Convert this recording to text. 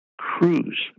Cruise